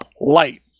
light